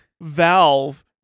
Valve